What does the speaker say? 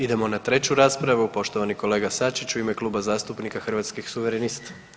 Idemo na treću raspravu, poštovani kolega Sačić u ime Kluba zastupnika Hrvatskih suverenista.